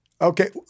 Okay